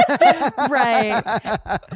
Right